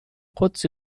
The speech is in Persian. قدسی